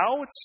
out